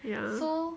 ya